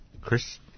Chris